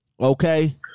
Okay